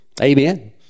Amen